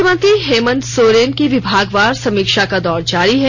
मुख्यमंत्री हेमंत सोरेन की विभागवार समीक्षा का दौर जारी है